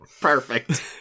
Perfect